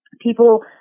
People